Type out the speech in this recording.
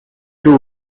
two